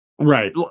Right